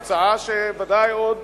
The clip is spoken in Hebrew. המצאה שוודאי עוד